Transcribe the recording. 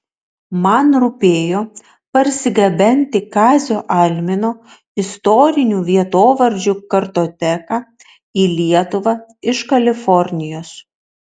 man rūpėjo parsigabenti kazio almino istorinių vietovardžių kartoteką į lietuvą iš kalifornijos